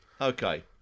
Okay